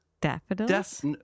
Daffodils